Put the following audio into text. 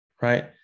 right